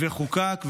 וחוקק,